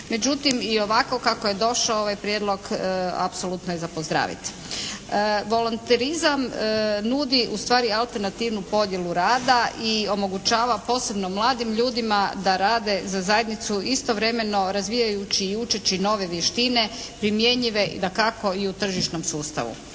međutim i ovako kako je došao ovaj Prijedlog apsolutno je za pozdraviti. Volonterizam nudi ustvari alternativnu podjelu rada i omogućava posebno mladim ljudima da rade za zajednicu istovremeno razvijajući i učeći nove vještine primjenjive dakako i u tržišnom sustavu.